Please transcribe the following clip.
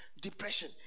depression